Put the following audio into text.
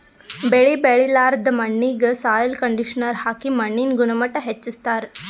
ಬೆಳಿ ಬೆಳಿಲಾರ್ದ್ ಮಣ್ಣಿಗ್ ಸಾಯ್ಲ್ ಕಂಡಿಷನರ್ ಹಾಕಿ ಮಣ್ಣಿನ್ ಗುಣಮಟ್ಟ್ ಹೆಚಸ್ಸ್ತಾರ್